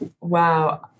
Wow